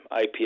IP